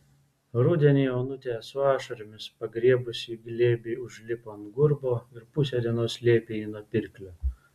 rudenį onutė su ašaromis pagriebusi į glėbį užlipo ant gurbo ir pusę dienos slėpė jį nuo pirklio